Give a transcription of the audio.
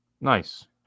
Nice